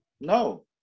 no